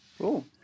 Cool